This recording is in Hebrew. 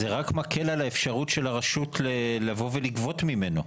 אז זה רק מקל על האפשרות של הרשות לבוא ולגבות ממנו.